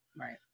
right